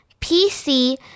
PC